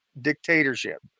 dictatorship